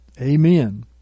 Amen